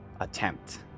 attempt